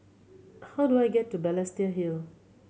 how do I get to Balestier Hill